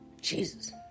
jesus